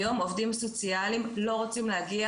היום עובדים סוציאליים לא רוצים להגיע